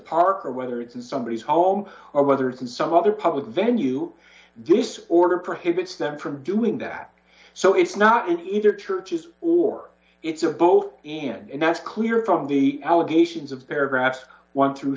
park or whether it's in somebody's home or whether it's in some other public venue this order prohibits them from doing that so it's not either church is or it's a both and that's clear from the allegations of paragraphs one through